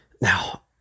Now